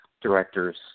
directors